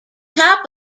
top